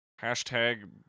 Hashtag